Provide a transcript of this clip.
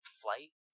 flight